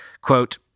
Quote